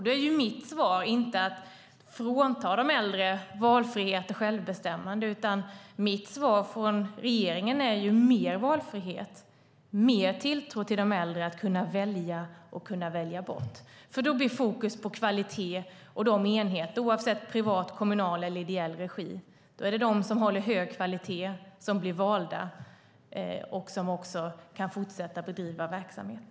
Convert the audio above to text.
Då är mitt svar inte att man ska frånta de äldre valfrihet och självbestämmande, utan mitt svar från regeringen är mer valfrihet och mer tilltro till de äldre att kunna välja och kunna välja bort. Då blir det fokus på kvalitet, oavsett om det är verksamhet i privat, kommunal eller ideell regi. Då är det de som håller hög kvalitet som blir valda och som också kan fortsätta bedriva verksamhet.